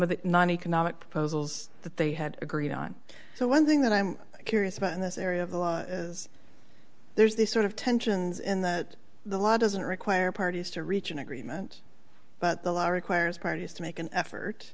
of the non economic proposals that they had agreed on so one thing that i'm curious about in this area is there's the sort of tensions in that the law doesn't require parties to reach an agreement but the law requires parties to make an effort